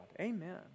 Amen